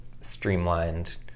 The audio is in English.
streamlined